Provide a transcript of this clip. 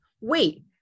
wait